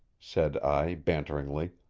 said i banteringly.